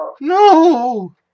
No